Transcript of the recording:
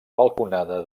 balconada